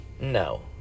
no